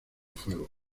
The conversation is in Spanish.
fuego